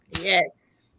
Yes